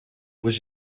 was